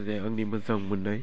जे आंनि मोजां मोन्नाय